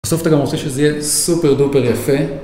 בסוף אתה גם רוצה שזה יהיה סופר דופר יפה